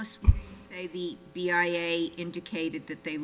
us indicated that they